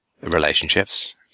relationships